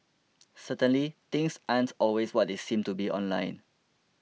certainly things aren't always what they seem to be online